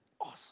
awesome